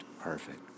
Perfect